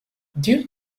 due